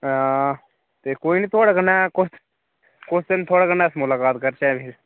हां ते कोई निं थुआढ़े कन्नै कुस कुस दिन थुआढ़े कन्नै अस मुलाकात करचै फ्ही